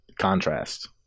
contrast